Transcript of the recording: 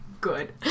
Good